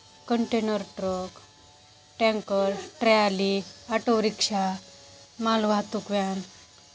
container truck tanker trolley auto rickshaw मालवाहतूक van